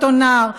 אותו נער,